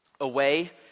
away